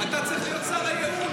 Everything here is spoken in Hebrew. אתה צריך להיות שר הייעול.